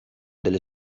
delle